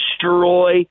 destroy